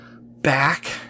back